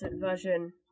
version